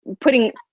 putting